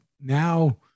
now